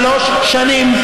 שלוש שנים,